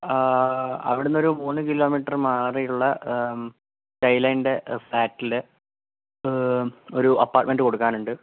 അവിടുന്നൊരു മൂന്നു കിലോമീറ്റർ മാറിയുള്ള സ്കൈലൈൻറെ ഫ്ലാറ്റിൽ ഒരു അപാർട്മെന്റ് കൊടുക്കാനുണ്ട്